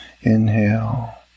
Inhale